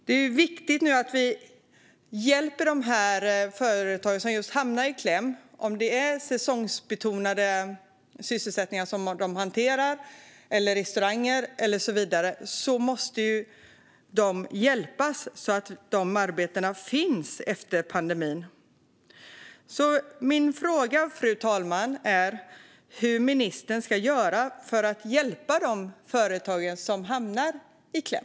Det är viktigt att hjälpa dessa företagare inom säsongsbaserade verksamheter, restaurangnäring och så vidare så att dessa arbeten finns kvar efter pandemin. Fru talman! Vad ska ministern göra för att hjälpa de företagare som hamnar i kläm?